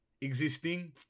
existing